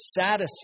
satisfied